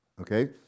Okay